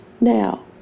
Now